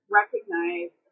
recognize